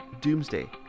Doomsday